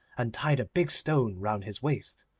and tied a big stone round his waist.